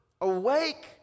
Awake